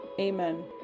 Amen